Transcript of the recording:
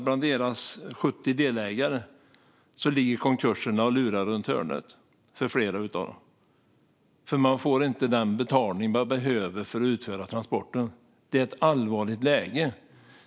Bland deras 70 delägare räknar man med att konkursen ligger och lurar runt hörnet för flera av dem, för man får inte den betalning man behöver för att utföra transporten. Det är ett allvarligt läge.